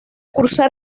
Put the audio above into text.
cursar